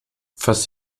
fast